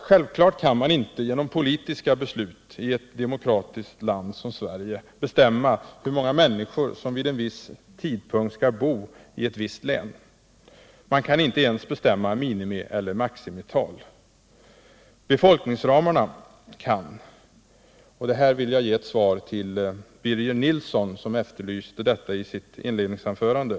Självfallet kan man inte genom politiska beslut i ett demokratiskt land som Sverige bestämma hur många människor som vid en viss tid skall bo i ett visst län. Man kan inte ens bestämma minimieller maximital. Jag vill här ge ett svar som Birger Nilsson efterlyste i sitt inledningsanförande.